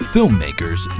Filmmakers